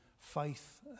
Faith